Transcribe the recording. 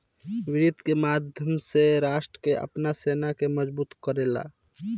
वित्त के माध्यम से राष्ट्र आपन सेना के मजबूत करेला